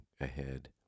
ahead